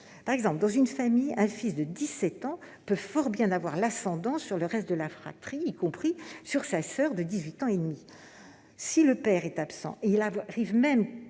sur le terrain. Dans une famille, un fils de 17 ans peut fort bien avoir l'ascendant sur le reste de la fratrie, y compris sur sa soeur de 18 ans et demi. Si le père est absent, il arrive même